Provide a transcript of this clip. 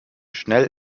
schnell